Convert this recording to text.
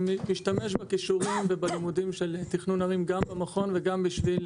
אני משתמש בכישורים ובלימודים של תכנון ערים גם במכון וגם בשביל